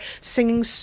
singing